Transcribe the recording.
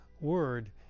word